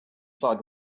side